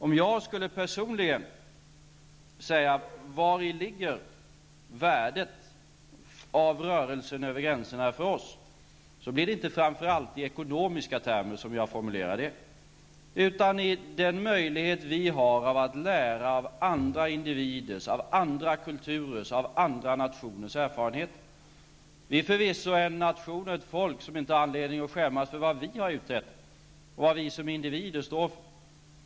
Om jag personligen skulle säga vari värdet ligger i rörelsen över gränserna för oss, blir det inte framför allt i ekonomiska termer som jag skulle formulera mig. Det skulle vara i den möjlighet vi har att lära av andra individers, kulturers och andra nationers erfarenheter. Sverige är förvisso en nation och vi är ett folk som inte har anledning att skämmas för vad vi har uträttat och vad vi som individer står för.